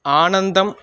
आनन्दम्